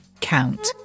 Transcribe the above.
count